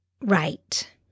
right